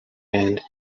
and